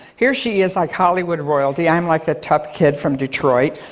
here she is, like hollywood royalty, i'm like a tough kid from detroit,